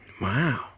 Wow